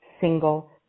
single